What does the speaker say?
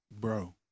bro